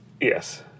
Yes